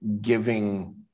giving